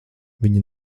viņi